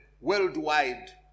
worldwide